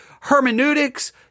hermeneutics